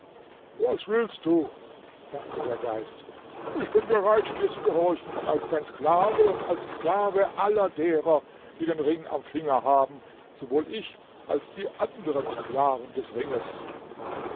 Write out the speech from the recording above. was willst du sagte der geist ich bin bereit dir zu gehorchen als dein sklave und als sklave aller derer die den ring am finger haben sowohl ich als die anderen sklaven des ringes